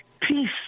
peace